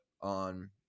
on